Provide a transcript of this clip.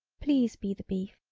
please be the beef,